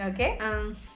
Okay